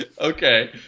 Okay